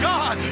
God